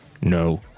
No